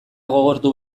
gogortu